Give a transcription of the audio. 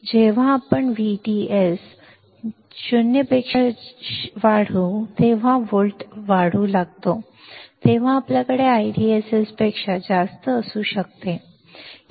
जेव्हा आपण VDS 0 volt वाढवू लागतो तेव्हा आपल्याकडे IDSS पेक्षा जास्त असू शकते